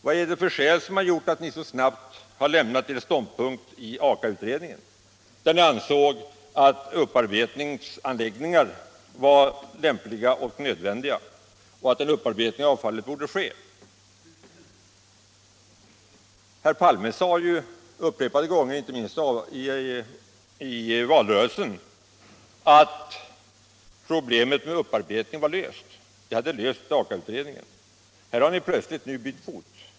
Vad har ni haft för skäl för att så snabbt som ni gjort lämna er ståndpunkt i Aka-utredningen, där ni ansåg att upparbetningsanläggningar var lämpliga och nödvändiga och att en upparbetning av avfallet borde ske? Herr Palme sade upprepade gånger, inte minst i valrörelsen, att problemet med upparbetning var löst — det hade lösts av Aka-utredningen. Nu har ni plötsligt bytt fot.